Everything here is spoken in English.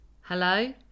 Hello